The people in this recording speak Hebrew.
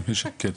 כן.